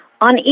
on